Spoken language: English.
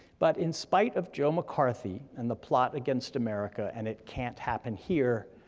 but in spite of joe mccarthy, and the plot against america, and it can't happen here,